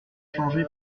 changé